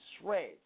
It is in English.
shreds